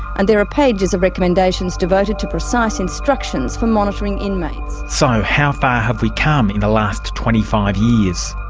and there are pages of recommendations devoted to precise instructions for monitoring inmates. so how far have we come in the last twenty five years?